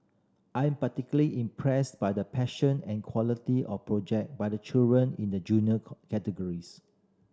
I'm particularly impressed by the passion and quality of project by the children in the Junior categories